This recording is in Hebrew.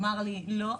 והוא אמר לי, לא,